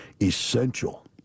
essential